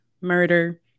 murder